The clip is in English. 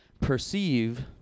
perceive